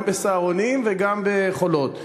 גם ב"סהרונים" וגם ב"חולות",